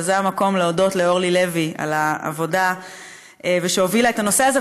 וזה המקום להודות לאורלי לוי על העבודה ועל שהובילה את הנושא הזה,